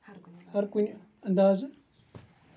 ہَر کُنہِ اَندازٕ